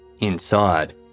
Inside